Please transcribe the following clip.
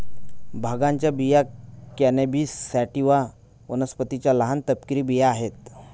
भांगाच्या बिया cannabis sativa वनस्पतीच्या लहान, तपकिरी बिया आहेत